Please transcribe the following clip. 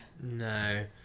No